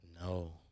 No